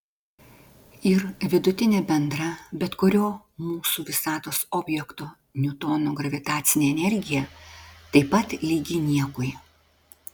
ir vidutinė bendra bet kurio mūsų visatos objekto niutono gravitacinė energija taip pat lygi niekui